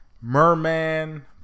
Merman